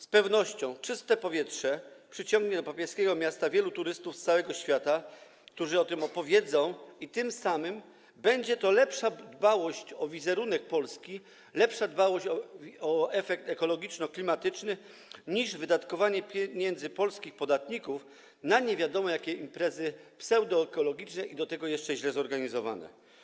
Z pewnością czyste powietrze przyciągnie do papieskiego miasta wielu turystów z całego świata, którzy o tym opowiedzą, i tym samym będzie to lepsza dbałość o wizerunek Polski, lepsza dbałość o efekt ekologiczno-klimatyczny niż w przypadku wydatkowania pieniędzy polskich podatników na nie wiadomo jakie imprezy pseudoekologiczne i do tego jeszcze źle zorganizowane.